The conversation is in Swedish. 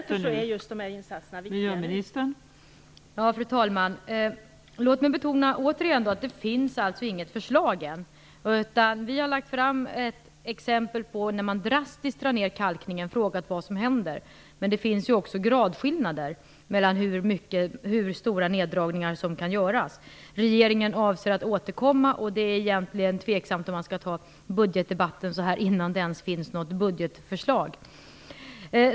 Fru talman! Låt mig återigen betona att det inte finns något förslag än. Vi har lagt fram ett exempel där man drastiskt drar ned kalkningen och frågat vad som händer. Det finns ju också gradskillnader mellan hur stora neddragningar som kan göras. Regeringen avser att återkomma. Det är egentligen tveksamt om man skall ta budgetdebatten innan det ens finns något budgetförslag.